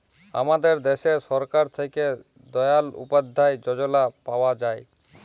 আমাদের দ্যাশে সরকার থ্যাকে দয়াল উপাদ্ধায় যজলা পাওয়া যায়